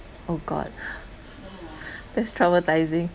oh god that's traumatising